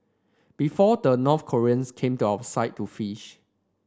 before the North Koreans came to our side to fish